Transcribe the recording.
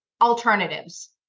alternatives